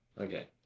Okay